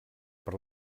per